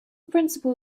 principle